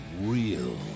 real